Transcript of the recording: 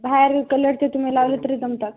बाहेर कलरचे तुम्ही लावले तरी जमतात